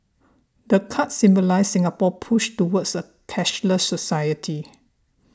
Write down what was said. the card symbolises Singapore's push towards a cashless society